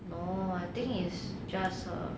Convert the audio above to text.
no I think is just a